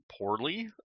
poorly